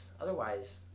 otherwise